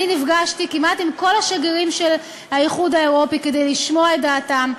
אני נפגשתי כמעט עם כל השגרירים של האיחוד האירופי כדי לשמוע את דעתם,